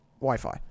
Wi-Fi